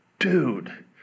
Dude